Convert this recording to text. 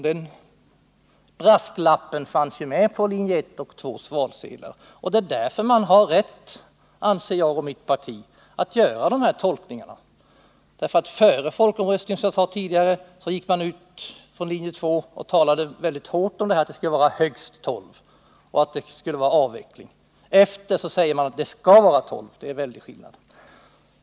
Den brasklappen fanns ju med på linje 1:s och linje 2:s valsedlar. Därför anser jag och mitt parti att man har rätt att göra de här tolkningarna. Före folkomröstningen gick representanter för linje 2, som jag sade tidigare, ut och talade mycket hårt för att det skulle vara högst tolv reaktorer och avveckling. Efteråt säger man att det skall vara tolv reaktorer, och det är en stor skillnad.